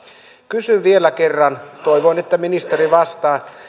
kysyn vielä kerran ja toivon että ministeri vastaa